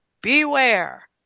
beware